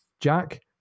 Jack